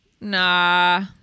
Nah